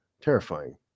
terrifying